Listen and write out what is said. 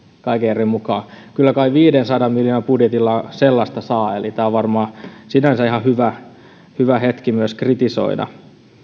kaiken järjen mukaan kyllä kai viidensadan miljoonan budjetilla sellaista saa eli tämä on varmaan sinänsä ihan hyvä hyvä hetki myös kritisoida